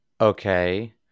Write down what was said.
Okay